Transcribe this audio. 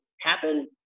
happen